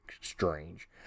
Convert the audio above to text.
strange